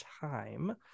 time